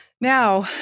Now